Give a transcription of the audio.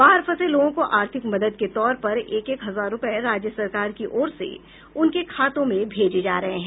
बाहर फंसे लोगों को आर्थिक मदद के तौर पर एक एक हजार रूपये राज्य सरकार की ओर से उनके खातों में भेजे जा रहे हैं